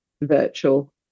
virtual